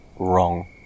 wrong